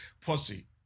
pussy